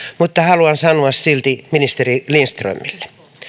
mutta haluan sanoa silti ministeri lindströmille